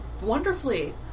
wonderfully